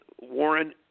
Warren